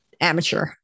amateur